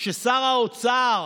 שר האוצר